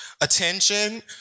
attention